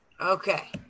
Okay